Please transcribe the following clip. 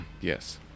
Yes